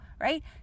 right